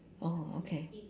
oh okay